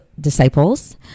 disciples